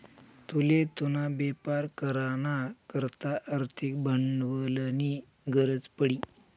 तुले तुना बेपार करा ना करता आर्थिक भांडवलनी गरज पडी